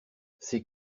ces